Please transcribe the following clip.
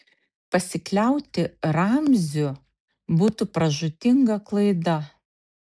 pasikliauti ramziu būtų pražūtinga klaida